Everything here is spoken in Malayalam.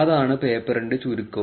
അതാണ് പേപ്പറിന്റെ ചുരുക്കവും